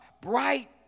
bright